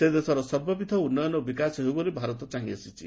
ସେ ଦେଶର ସର୍ବବିଧ ଉନ୍ନୟନ ଓ ବିକାଶ ହେଉ ବୋଲି ଭାରତ ଚାହିଁ ଆସିଛି